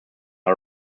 are